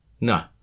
No